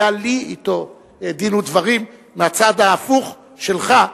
לי אתו דין ודברים מהצד ההפוך שלך.